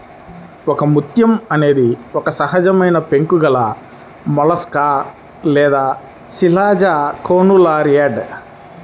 ఒకముత్యం అనేది ఒక సజీవమైనపెంకు గలమొలస్క్ లేదా శిలాజకోనులారియిడ్